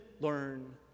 learn